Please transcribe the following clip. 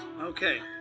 Okay